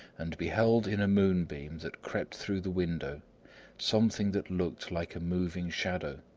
and beheld in a moonbeam that crept through the window something that looked like a moving shadow.